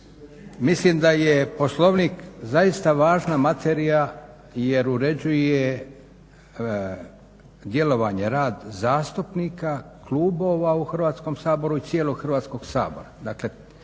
Mislim da je Poslovni zaista važna materija jer uređuje djelovanje, rad zastupnika, klubova u Hrvatskom saboru i cijelog Hrvatskog sabora.